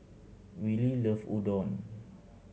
Willie love Udon